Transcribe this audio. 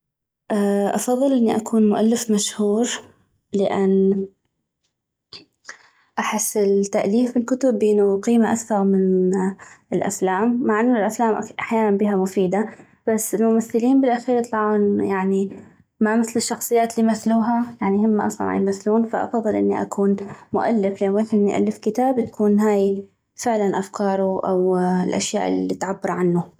افضل انو اكون مؤالف مشهور لان احس تأليف الكتب بينو قيمة اكثغ من الافلام مع انو الافلام احيانا بيها مفيدة بس الممثلين بالاخير يطلعون يعني ما مثل الشخصيات اليمثلوها يعني هما اصلا عيمثلون فافضل انو اكون مؤلف لان ويحد من يألف كتاب تكون هاي فعلا افكارو او الاشياء الي تعبر عنو